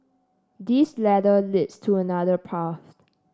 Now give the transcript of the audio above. this ladder leads to another path